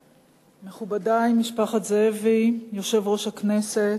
מכובדי, משפחת זאבי, יושב-ראש הכנסת,